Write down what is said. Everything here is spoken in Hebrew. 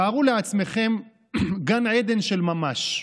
תארו לעצמכם גן עדן של ממש,